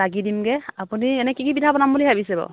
লাগি দিমগৈ আপুনি এনেই কি কি পিঠা বনাম বুলি ভাবিছে বাৰু